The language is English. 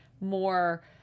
more